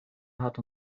hat